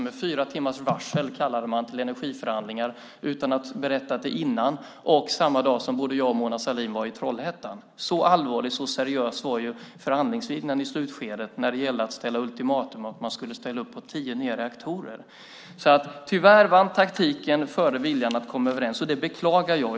Med fyra timmars varsel kallade man alltså till energiförhandlingar utan att berätta något innan. Det var samma dag som både jag och Mona Sahlin var i Trollhättan. Så seriös var förhandlingsviljan i slutskedet när det gällde att ställa ultimatum om att man skulle ställa upp på tio nya reaktorer. Tyvärr vann alltså taktiken före viljan att komma överens. Det beklagar jag.